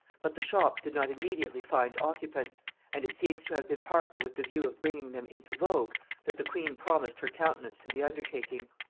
but the shops did not immediately find occupants and it seems to have been partly with the view of bringing them into vogue that the queen promised her countenance to the undertaking.